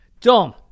Dom